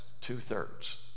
two-thirds